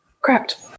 Correct